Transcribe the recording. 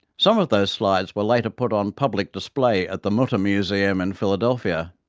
some of those slides were later put on public display at the mutter museum in philadelphia.